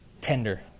tender